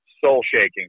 soul-shaking